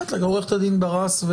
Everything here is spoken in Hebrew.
עורכת הדין ברס,